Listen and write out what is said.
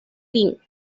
quinn